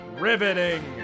Riveting